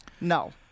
No